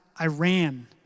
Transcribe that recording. Iran